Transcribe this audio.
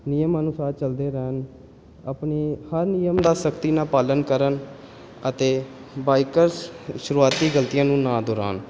ਨਿਯਮ ਅਨੁਸਾਰ ਚੱਲਦੇ ਰਹਿਣ ਆਪਣੇ ਹਰ ਨਿਯਮ ਦਾ ਸਖ਼ਤੀ ਨਾਲ ਪਾਲਣ ਕਰਨ ਅਤੇ ਬਾਈਕਰਸ ਸ਼ੁਰੂਆਤੀ ਗਲਤੀਆਂ ਨੂੰ ਨਾ ਦੁਹਰਾਉਣ